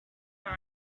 all